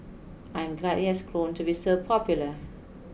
I'm glad it has grown to be so popular